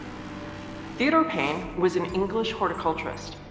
theodore payne was an english horticulturist.